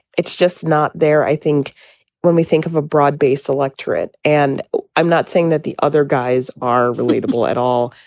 it's just not there. i think when we think of a broad based electorate and i'm not saying that the other guys are relatable at all.